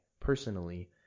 personally